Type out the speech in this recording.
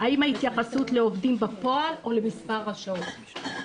האם ההתייחסות לעובדים בפועל או למספר המשרות?